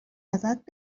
ازت